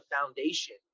foundation